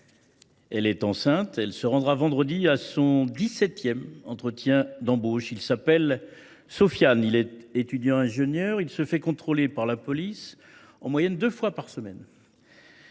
Elle est enceinte. Elle se rendra vendredi à son dix septième entretien d’embauche. Il s’appelle Sofiane. Il est étudiant ingénieur. Il se fait contrôler par la police en moyenne deux fois par semaine.